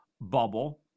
bubble